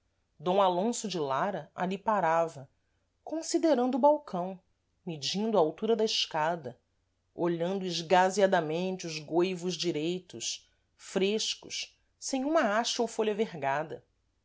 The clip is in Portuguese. d alonso de lara ali parava considerando o balcão medindo a altura da escada olhando esgazeadamente os goivos direitos frescos sem uma haste ou fôlha vergada